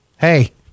hey